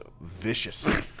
vicious